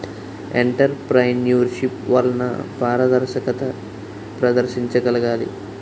entrepreneurship వలన పారదర్శకత ప్రదర్శించగలగాలి